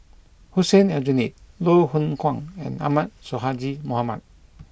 Hussein Aljunied Loh Hoong Kwan and Ahmad Sonhadji Mohamad